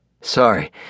Sorry